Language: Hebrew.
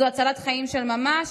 זו הצלת חיים של ממש.